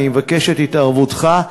אני מבקש את התערבותך,